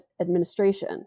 administration